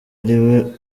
ariwe